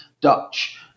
Dutch